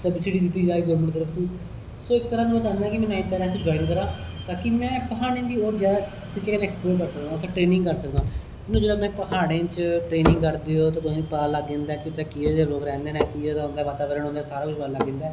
subsidy दिती जाए government दी तरफ तू सो इक तरह कन्नै में चाहना कि जाइन करां ताकि में प्हाडे़ं दी ओर ज्यादा एक्सपलोयर करी सकना उत्थै ट्रैनिंग करी सकना उत्थे प्हाडे च ट्रैनिंग करदे हो ते तुसेंगी पता लग्गी जंदा कि उत्थै केह् जेह लोक रैंहदे ना किस स्हाब दा बातावरण होंदा ऐ सब पता लग जंदा ऐ